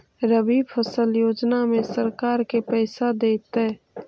रबि फसल योजना में सरकार के पैसा देतै?